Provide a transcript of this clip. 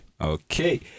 Okay